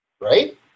Right